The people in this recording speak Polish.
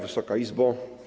Wysoka Izbo!